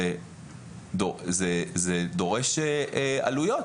זה דורש עלויות.